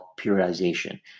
periodization